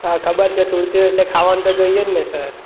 અ ખબર છે સુરતીઓ એટલે ખાવાનું તો જોઈએ જ ને સર